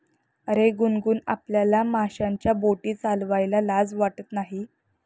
अरे गुनगुन, आपल्याला माशांच्या बोटी चालवायला लाज वाटत नाही